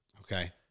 Okay